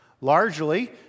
largely